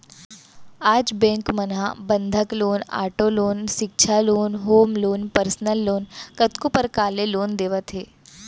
आज बेंक मन ह बंधक लोन, आटो लोन, सिक्छा loan, home loan, personal loan कतको परकार ले लोन देवत हे